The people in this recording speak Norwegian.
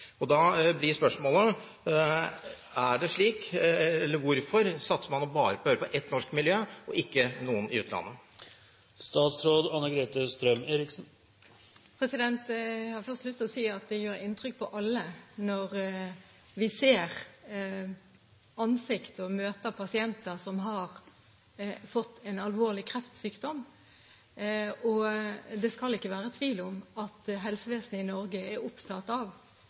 Da blir spørsmålet: Hvorfor satser man nå på å høre på bare ett norsk miljø og ikke på noen i utlandet? Jeg har først lyst til å si at det gjør inntrykk på oss alle når vi ser ansikter og møter pasienter som har fått en alvorlig kreftsykdom, og det skal ikke være tvil om at helsevesenet i Norge er opptatt av